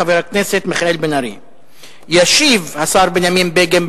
הצעה לסדר-היום מס' 4845. ישיב השר בנימין בגין,